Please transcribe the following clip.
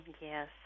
Yes